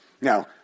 Now